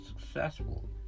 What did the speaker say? successful